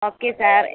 okay sir